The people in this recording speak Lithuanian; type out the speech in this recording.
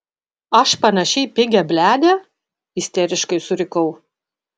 aš panaši į pigią bliadę isteriškai surikau